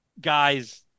guys